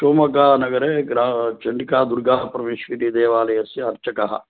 शिवमोग्गानगरे ग्रा चण्डिकादुर्गापरमेश्वरीदेवालयस्य अर्चकः